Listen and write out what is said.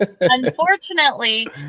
unfortunately